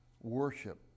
worship